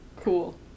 Cool